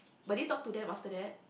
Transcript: but did you talk to them after that